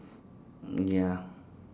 ya